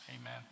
Amen